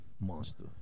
Monster